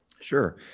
Sure